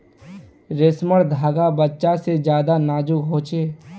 रेसमर धागा बच्चा से ज्यादा नाजुक हो छे